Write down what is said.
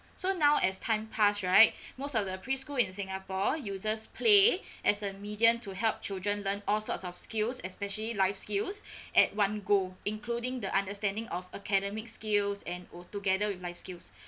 so now as time pass right most of the preschool in singapore uses play as a medium to help children learn all sorts of skills especially life skills at one go including the understanding of academic skills and altogether with life skills